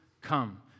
come